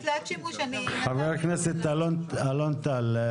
חבר הכנסת אלון טל,